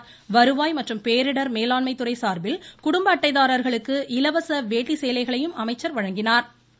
மேலும் வருவாய் மற்றும் பேரிடர் மேலாண்மைத்துறை சார்பில் குடும்ப அட்டைதாரா்களுக்கு இலவச வேட்டி சேலைகளையும் அமைச்சா் வழங்கினாா்